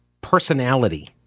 personality